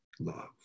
love